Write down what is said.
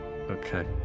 Okay